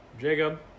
Jacob